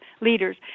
leaders